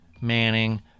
Manning